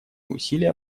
усилия